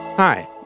Hi